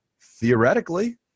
Theoretically